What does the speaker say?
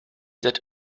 that